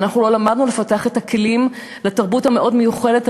ואנחנו לא למדנו לפתח את הכלים לתרבות המאוד-מיוחדת,